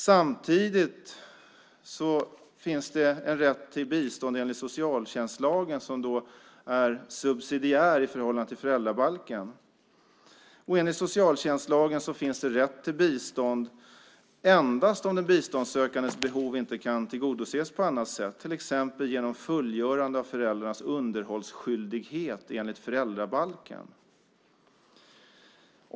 Samtidigt finns en rätt till bistånd enligt socialtjänstlagen, som är subsidiär i förhållande till föräldrabalken. Enligt socialtjänstlagen finns rätt till bistånd endast om den biståndssökandes behov inte kan tillgodoses på annat sätt, till exempel genom fullgörande av föräldrarnas underhållskyldighet enligt föräldrabalken.